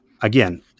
again